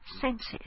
senses